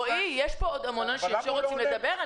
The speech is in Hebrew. רועי, יש פה עוד המון אנשים שרוצים לדבר.